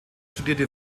studierte